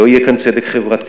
לא יהיה כאן צדק חברתי.